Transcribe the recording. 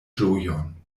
ĝojon